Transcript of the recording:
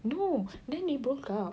no then they broke up